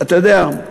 אתה יודע,